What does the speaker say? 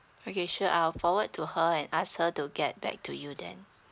okay sure I'll forward to her and ask her to get back to you then